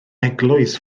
eglwys